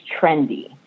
trendy